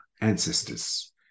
Ancestors